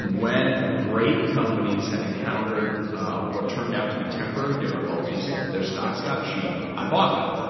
when great companies had encountered what turned out to be temporary difficulties, their stocks got cheap i bought them.